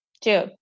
Two